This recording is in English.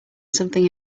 something